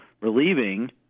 relieving